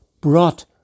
brought